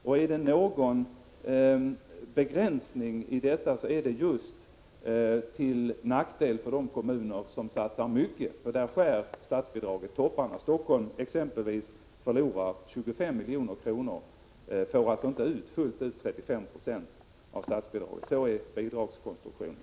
Om det finns någon begränsning i detta så är det just till nackdel för de kommuner som satsar mycket. Statsbidraget skär av topparna. Exempelvis Stockholm förlorar 25 miljoner. Man får alltså inte ut fullt 35 96 i statsbidrag. Sådan är bidragskonstruktionen.